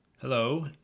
Hello